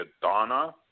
Donna